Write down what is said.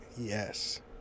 Yes